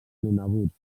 nunavut